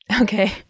Okay